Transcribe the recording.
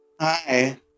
Hi